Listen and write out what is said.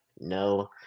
No